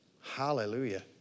Hallelujah